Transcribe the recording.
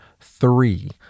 three